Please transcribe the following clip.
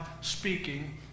speaking